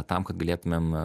tam kad galėtumėm